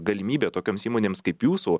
galimybė tokioms įmonėms kaip jūsų